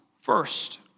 first